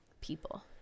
people